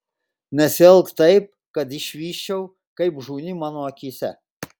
nesielk taip kad išvysčiau kaip žūni mano akyse